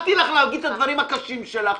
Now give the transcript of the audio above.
נתתי לך להגיד את הדברים הקשים שלך.